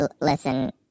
Listen